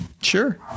Sure